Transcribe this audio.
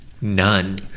none